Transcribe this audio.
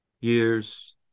years